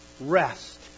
rest